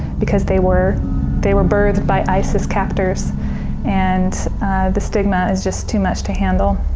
because they were they were birthed by isis captors and the stigma is just too much to handle.